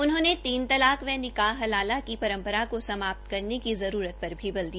उन्होंने तीन तलाक व निकास हलाला की परम्परा को समाप्त करने की जरूरत पर भी बल दिया